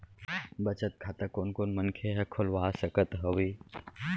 बचत खाता कोन कोन मनखे ह खोलवा सकत हवे?